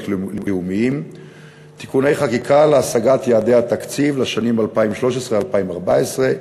לאומיים (תיקוני חקיקה להשגת יעדי התקציב לשנים 2013 2014),